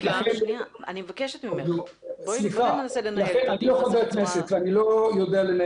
אני לא חבר כנסת ואניע לא יודע לנהל